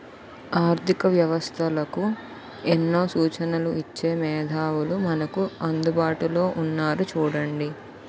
ఆర్థిక వ్యవస్థలకు ఎన్నో సూచనలు ఇచ్చే మేధావులు మనకు అందుబాటులో ఉన్నారు చూడండి